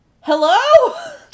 Hello